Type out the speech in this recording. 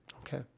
Okay